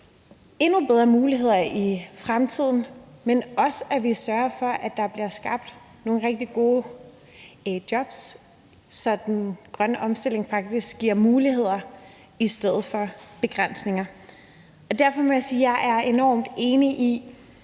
endnu bedre muligheder i fremtiden, men at vi også skal sørge for, at der bliver skabt nogle rigtig gode jobs, så den grønne omstilling faktisk giver muligheder i stedet for begrænsninger. Derfor må jeg sige, at jeg er enormt enig.